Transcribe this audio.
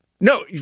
No